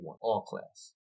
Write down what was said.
all-class